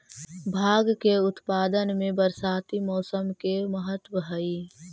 भाँग के उत्पादन में बरसाती मौसम के महत्त्व हई